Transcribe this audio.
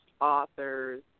authors